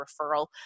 referral